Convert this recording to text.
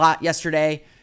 yesterday